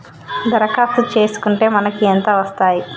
దరఖాస్తు చేస్కుంటే మనకి ఎంత వస్తాయి?